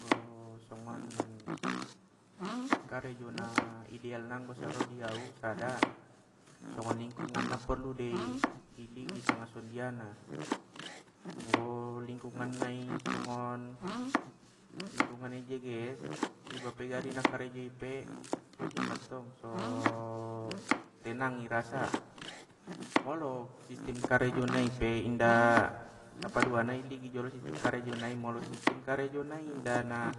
O songon karejo na ideal na anggo saro di au sada, songon lingkunganna porlu dei i ligin sanga songon jia na, anggo lingkunan nai songon lingkungan nai jeges ibape na karejoi pe songoni mattong tenang i rasa, molo sistim karejo nai pe inda- sapaduana pe i ligin sistim karejo nai molo sistim karejo nai inda na,